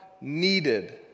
needed